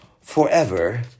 forever